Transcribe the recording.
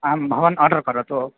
आं भवान् आर्डर् करोतु